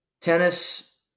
Tennis